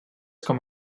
com